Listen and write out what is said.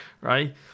right